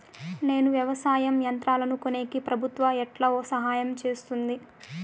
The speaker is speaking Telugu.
నేను వ్యవసాయం యంత్రాలను కొనేకి ప్రభుత్వ ఎట్లా సహాయం చేస్తుంది?